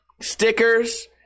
stickers